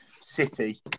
City